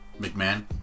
McMahon